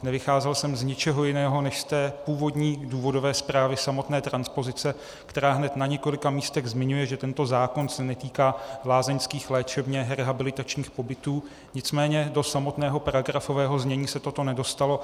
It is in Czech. Nevycházel jsem z ničeho jiného než z původní důvodové zprávy samotné transpozice, která hned na několika místech zmiňuje, že tento zákon se netýká lázeňských léčebně rehabilitačních pobytů, nicméně do samotného paragrafového znění se toto nedostalo.